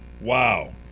Wow